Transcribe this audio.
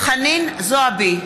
חנין זועבי,